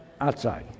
outside